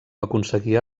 aconseguia